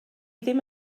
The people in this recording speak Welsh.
ddim